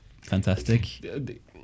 fantastic